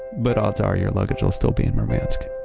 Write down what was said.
but odds are, your luggage will still be in murmansk